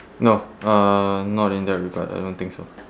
no uh not in that regard I don't think so